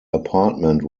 apartment